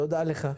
תודה לך.